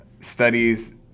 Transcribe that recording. studies